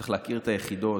צריך להכיר את היחידות,